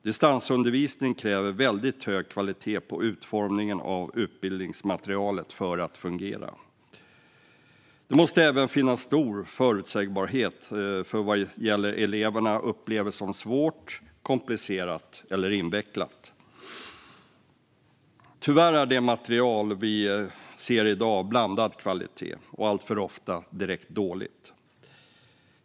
Distansundervisning kräver väldigt hög kvalitet på utformningen av utbildningsmaterialet för att fungera. Det måste även finnas en stor förutsägbarhet för vad eleverna upplever som svårt, komplicerat eller invecklat. Tyvärr är det material vi ser i dag av blandad kvalitet och alltför ofta direkt dåligt.